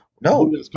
no